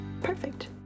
Perfect